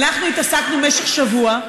אנחנו התעסקנו במשך שבוע,